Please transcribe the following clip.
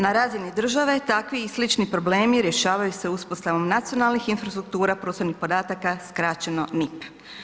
Na razini države takvi i slični problemi rješavaju se uspostavom nacionalnih infrastruktura, prostornih podataka, skraćeno NIPP.